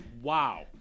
wow